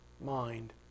mind